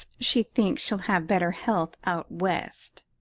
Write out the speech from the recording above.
she thinks she'll have better health out west.